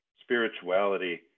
spirituality